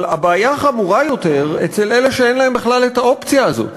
אבל הבעיה חמורה ביותר אצל אלה שאין להם בכלל האופציה הזאת.